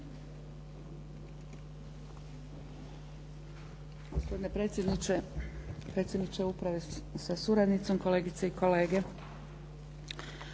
Hvala.